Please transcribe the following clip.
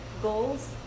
goals